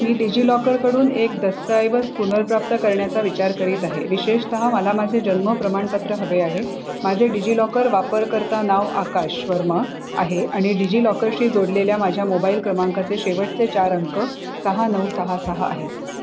मी डिजिलॉकरकडून एक दस्तऐवज पुनर्प्राप्त करण्याचा विचार करीत आहे विशेषतः मला माझे जन्म प्रमाणपत्र हवे आहे माझे डिजिलॉकर वापरकर्ता नाव आकाश वर्मा आहे आणि डिजिलॉकरशी जोडलेल्या माझ्या मोबाईल क्रमांकाचे शेवटचे चार अंक सहा नऊ सहा सहा आहेत